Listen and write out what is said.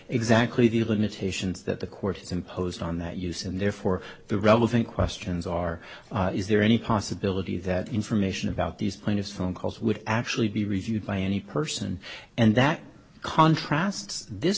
exactly the limitations that the court has imposed on that use and therefore the relevant questions are is there any possibility that information about these plaintiffs phone calls would actually be reviewed by any person and that contrasts this